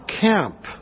camp